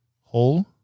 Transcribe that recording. Hole